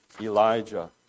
Elijah